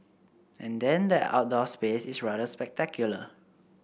and then the outdoor space is rather spectacular